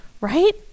right